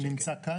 זה נמצא כאן.